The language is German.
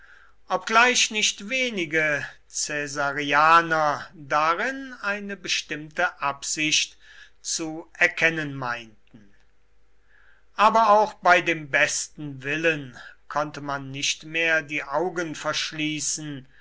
obgleich nicht wenige caesarianer darin eine bestimmte absicht zu erkennen meinten aber auch bei dem besten willen konnte man nicht mehr die augen verschließen